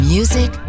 Music